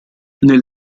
nel